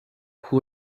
who